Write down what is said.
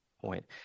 point